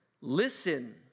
Listen